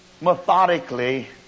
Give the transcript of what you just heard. methodically